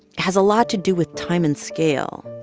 has a lot to do with time and scale.